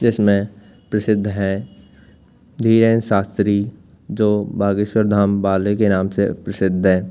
जिस में प्रसिद्ध हैं धीरेन शास्त्री जो बागेश्वर धाम वाले के नाम से प्रसिद्ध हैं